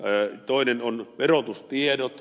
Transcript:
toinen on verotustiedot